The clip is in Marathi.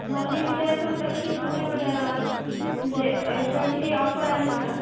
मला हे विचारायचं होतं की तुमच्याकडं म्हणजे याच्यावरती काही ऑफर आहेत का